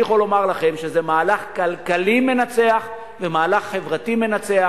אני יכול לומר לכם שזה מהלך כלכלי מנצח ומהלך חברתי מנצח.